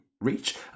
reach